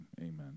amen